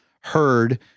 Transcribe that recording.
heard